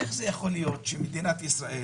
איך ייתכן שמדינת ישראל